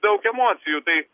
daug emocijų tai